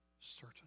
certain